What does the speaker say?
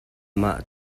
mah